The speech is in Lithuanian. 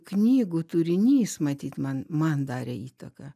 knygų turinys matyt man man darė įtaką